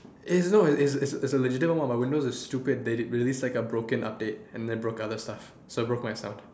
is no is is a is a is a legitimate one but windows is stupid they released like a broken update and they broke other stuff so it broke my sound